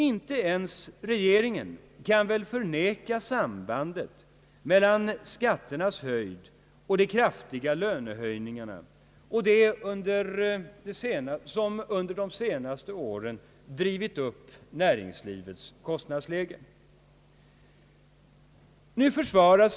Inte ens regeringen kan väl förneka sambandet mellan skatternas höjd och de kraftiga lönehöjningarna som under de senaste åren drivit upp näringslivets kostnadsläge.